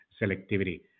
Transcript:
selectivity